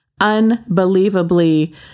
unbelievably